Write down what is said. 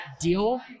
deal